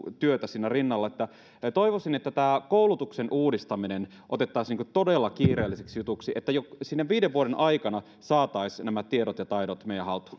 työtä siinä rinnalla eli toivoisin että koulutuksen uudistaminen otettaisiin todella kiireelliseksi jutuksi niin että jo viiden vuoden aikana saataisiin nämä tiedot ja taidot meidän